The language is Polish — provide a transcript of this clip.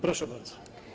Proszę bardzo.